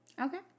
Okay